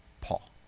Paul